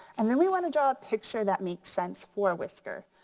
and then we wanna draw a picture that makes sense for whisker.